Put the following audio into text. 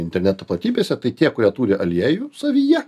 interneto platybėse tai tie kurie turi aliejų savyje